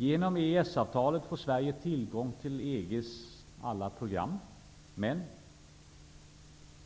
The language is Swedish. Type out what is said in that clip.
Genom EES-avtalet får Sverige tillgång till EG:s alla program. Men